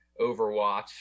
Overwatch